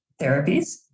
therapies